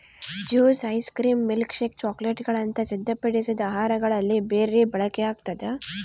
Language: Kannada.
ಜ್ಯೂಸ್ ಐಸ್ ಕ್ರೀಮ್ ಮಿಲ್ಕ್ಶೇಕ್ ಚಾಕೊಲೇಟ್ಗುಳಂತ ಸಿದ್ಧಪಡಿಸಿದ ಆಹಾರಗಳಲ್ಲಿ ಬೆರಿ ಬಳಕೆಯಾಗ್ತದ